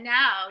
now